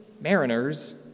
mariners